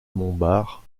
montbard